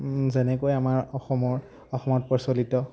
যেনেকৈ আমাৰ অসমৰ অসমত প্ৰচলিত